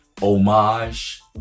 Homage